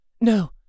no